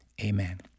Amen